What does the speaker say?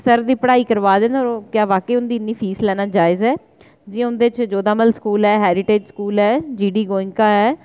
स्तर दी पढ़ाई करोआ दे न और क्या वाक्या ई उं'दी इन्नी फीस लैना जायज ऐ जि'यां उं'दे च जोधामल स्कूल ऐ हैरीटेज स्कूल ऐ जी डी गोयनका ऐ